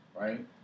right